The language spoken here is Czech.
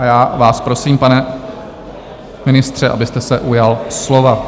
Já vás prosím, pane ministře, abyste se ujal slova.